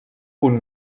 punt